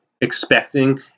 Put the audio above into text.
expecting